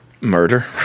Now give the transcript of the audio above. murder